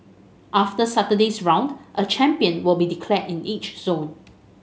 after Saturday's round a champion will be declared in each zone